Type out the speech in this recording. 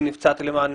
אני נפצעתי למען